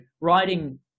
writing